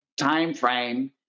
timeframe